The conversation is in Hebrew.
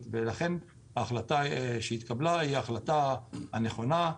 ולכן ההחלטה שהתקבלה היא ההחלטה הנכונה.